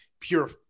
pure